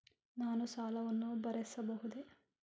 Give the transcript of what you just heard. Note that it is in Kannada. ನಾನು ಸಾಲವನ್ನು ಭರಿಸಬಹುದೇ?